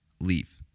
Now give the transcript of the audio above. leave